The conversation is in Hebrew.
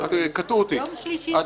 היא